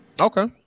Okay